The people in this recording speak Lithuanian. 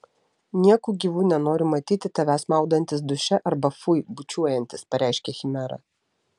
nieku gyvu nenoriu matyti tavęs maudantis duše arba fui bučiuojantis pareiškė chimera